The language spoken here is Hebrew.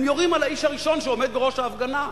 הם יורים על האיש הראשון שעומד בראש ההפגנה,